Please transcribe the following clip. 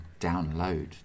download